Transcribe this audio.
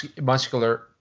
muscular